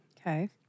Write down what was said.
Okay